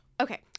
okay